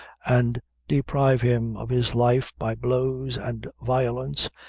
and deprive him of his life by blows and violence,